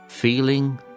Feeling